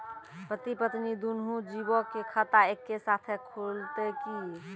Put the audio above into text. पति पत्नी दुनहु जीबो के खाता एक्के साथै खुलते की?